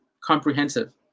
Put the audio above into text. comprehensive